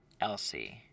Elsie